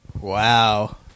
Wow